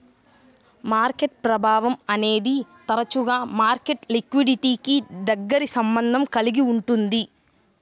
market ప్రభావం అనేది తరచుగా మార్కెట్ లిక్విడిటీకి దగ్గరి సంబంధం కలిగి ఉంటుంది